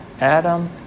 Adam